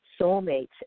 soulmates